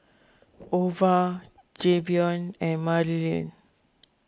Ova Jayvion and Marylin